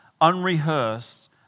unrehearsed